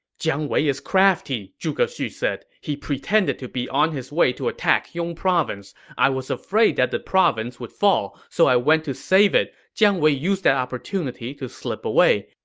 jiang wei is crafty, zhuge xu said. he pretended to be on his way to attack yong province. i was afraid the province would fall, so i went to save it. jiang wei used that opportunity to slip away.